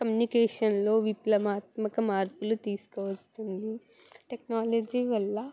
కమ్యూనికేషన్లో విప్లవాత్మక మార్పులు తీసుకు వస్తుంది టెక్నాలజీ వల్ల